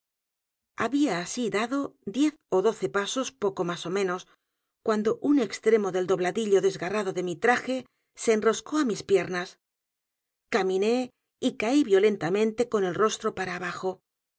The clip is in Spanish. había así dado diez ó doce pasos poco más ó menos cuando un extremo del dobladillo desgarrado de mi traje se enrosco á mis piernas caminé y caí violentamente eon el rostro para abajo